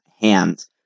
hands